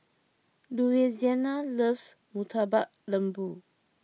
Louisiana loves Murtabak Lembu